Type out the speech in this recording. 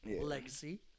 legacy